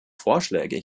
vorschläge